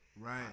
right